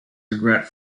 regret